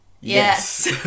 Yes